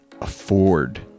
afford